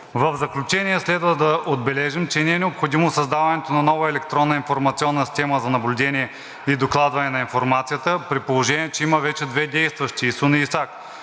В заключение следва да отбележим, че не е необходимо създаването на нова електронна информационна система за наблюдение и докладване на информацията, при положение че има вече две действащи ИСУН и ИСАК.